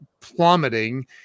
plummeting